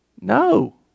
No